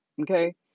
okay